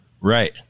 Right